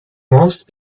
most